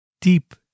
deep